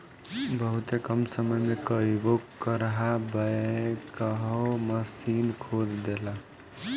बहुते कम समय में कई गो गड़हा बैकहो माशीन खोद देले